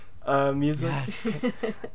Music